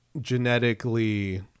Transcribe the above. genetically